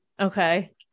Okay